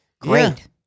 great